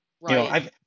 Right